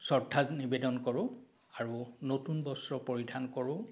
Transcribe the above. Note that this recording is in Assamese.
শ্ৰদ্ধা নিবেদন কৰোঁ আৰু নতুন বস্ত্ৰ পৰিধান কৰোঁ